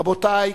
רבותי,